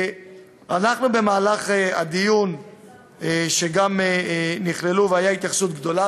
במהלך הדיון הייתה התייחסות גדולה